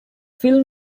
film